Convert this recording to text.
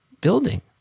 building